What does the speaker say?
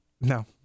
No